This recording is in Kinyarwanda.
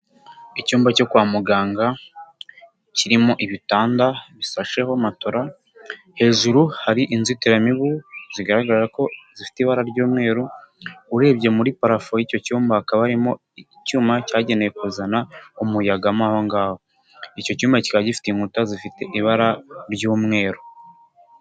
Icyumba cyo kwa muganga kirimo ibitanda bisasheho matora, hejuru hari inzitiramibu zigaragara ko zifite ibara ry'umweru, urebye muri parafo y'icyo cyumba hakaba harimo icyuma cyagenewe kuzana umuyaga mo aho ngaho, icyo cyumba kikaba gifite inkuta zifite ibara ry'umweru.